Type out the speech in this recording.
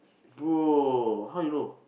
bro how you know